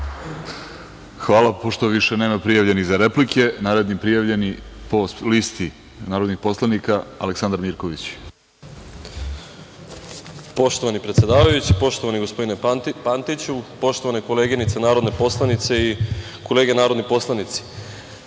Hvala. Pošto nema više prijavljenih za replike, naredni prijavljeni po listi narodnih poslanika, Aleksandar Mirković. **Aleksandar Mirković** Poštovani predsedavajući, poštovani gospodine Pantiću, poštovane koleginice narodne poslanice i kolege narodni poslanici,